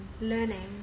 learning